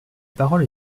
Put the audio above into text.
parole